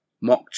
mock